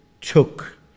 took